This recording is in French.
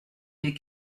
les